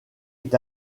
est